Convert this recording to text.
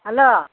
hello